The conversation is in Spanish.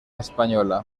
española